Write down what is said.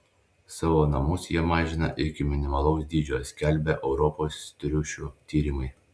savo namus jie mažina iki minimalaus dydžio skelbia europos triušių tyrimai